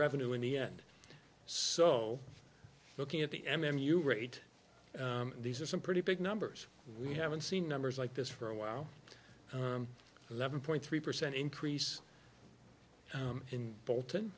revenue in the end so looking at the m m u rate these are some pretty big numbers we haven't seen numbers like this for a while eleven point three percent increase